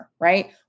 right